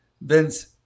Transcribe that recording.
Vince